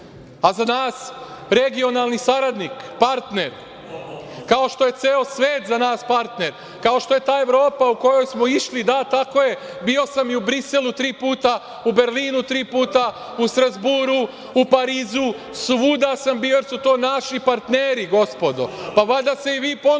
a za nas regionalni saradnik, partner, kao što je ceo svet za nas partner, kao što je ta Evropa u koju smo išli… Da, tako je, bio sam i u Briselu tri puta, u Berlinu tri puta, u Strazburu, u Parizu. Svuda sam bio, jer su to naši partneri, gospodo. Pa, valjda se i vi ponosite